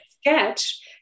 sketch